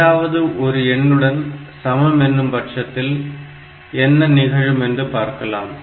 ஏதாவது ஒரு எண்ணுடன் சமம் என்னும் பட்சத்தில் என்ன நிகழும் என்று பார்க்கலாம்